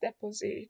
deposit